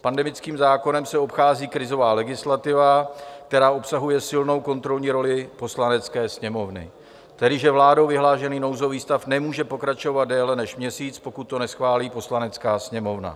Pandemickým zákonem se obchází krizová legislativa, která obsahuje silnou kontrolní roli Poslanecké sněmovny, tedy že vládou vyhlášený nouzový stav nemůže pokračovat déle než měsíc, pokud to neschválí Poslanecká sněmovna.